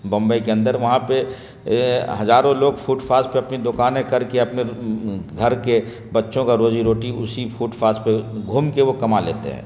بمبئی کے اندر وہاں پہ ہزاروں لوگ فٹ پاتھ پہ اپنی دوکانیں کر کے اپنے گھر کے بچوں کا روزی روٹی اسی فوٹ پاتھ پہ گھوم کے وہ کما لیتے ہیں